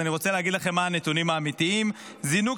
אני רוצה להגיד לכם מה הנתונים האמיתיים: זינוק